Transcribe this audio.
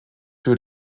für